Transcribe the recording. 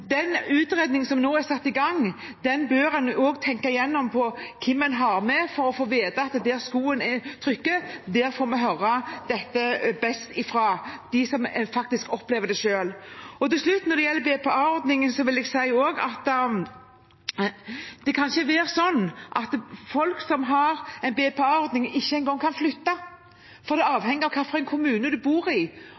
den utredningen som nå er satt i gang, bør man også tenke gjennom hvem man har med, for å få vite hvor skoen trykker. Det får vi best høre fra dem som opplever det selv. Til slutt, når det gjelder BPA-ordningen, vil jeg også si at det ikke kan være slik at folk som har en BPA-ordning, ikke engang kan flytte, fordi det avhenger av